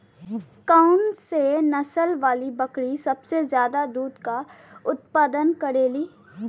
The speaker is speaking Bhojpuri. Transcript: कौन से नसल वाली बकरी सबसे ज्यादा दूध क उतपादन करेली?